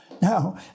Now